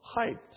hyped